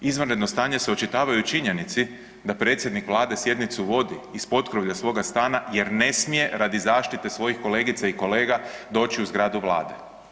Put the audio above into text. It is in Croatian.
Izvanredno stanje se očitava i u činjenici da predsjednik vlade sjednicu vodi iz potkrovlja svoga stana jer ne smije radi zaštite svojih kolegica i kolega doći u zgradu vlade.